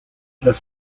las